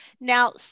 now